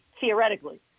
theoretically